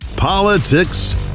Politics